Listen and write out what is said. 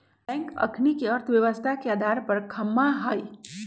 bank अखनिके अर्थव्यवस्था के अधार ख़म्हा हइ